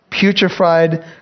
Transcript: putrefied